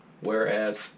whereas